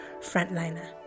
frontliner